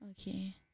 Okay